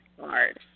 hard